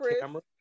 camera